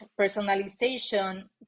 Personalization